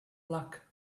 luck